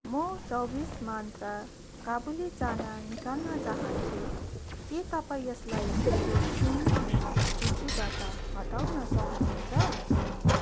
मो चौबिस मन्त्रा काबुली चाना निकाल्न चाहान्छु के तपाईँ यसलाई मेरो किनमेल सूचीबाट हटाउन सक्नुहुन्छ